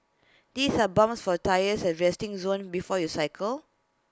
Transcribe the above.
these are pumps for tyres at the resting zone before you cycle